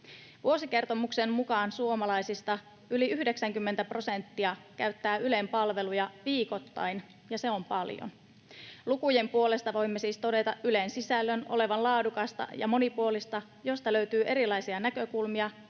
Vuosikertomuksen mukaan suomalaisista yli 90 prosenttia käyttää Ylen palveluja viikoittain, ja se on paljon. Lukujen puolesta voimme siis todeta Ylen sisällön olevan laadukasta ja monipuolista, josta löytyy erilaisia näkökulmia